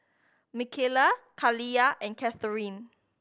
Mckayla Kaliyah and Katharine